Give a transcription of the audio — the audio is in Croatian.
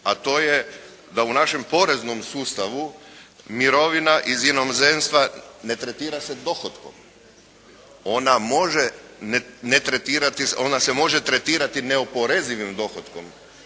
a to je da u našem poreznom sustavu mirovina iz inozemstva ne tretira se dohotkom. Ona može ne tretirati. Ali ona